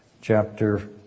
chapter